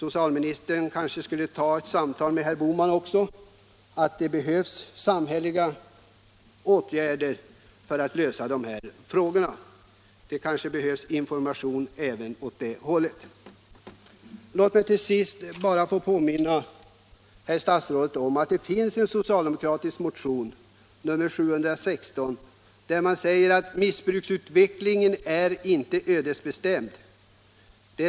Därför borde kanske socialministern ta ett samtal med herr Bohman om att det behövs samhälleliga åtgärder för att lösa de här frågorna. Det kanske behövs information även åt det hållet. Låt mig till sist bara få påminna herr statsrådet om att det finns en socialdemokratisk motion, nr 716, där man säger att missbruksutvecklingen inte är ödesbestämd.